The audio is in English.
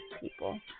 people